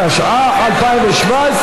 התשע"ח 2017,